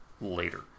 later